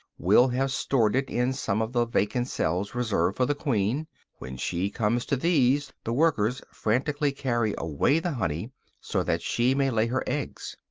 will have stored it in some of the vacant cells reserved for the queen when she comes to these the workers frantically carry away the honey so that she may lay her eggs.